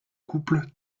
couples